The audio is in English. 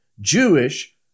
Jewish